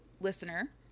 listener